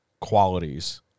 qualities